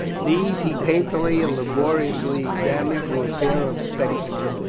these he pain fully and laboriously examined through a pair of spec tacles,